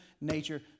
nature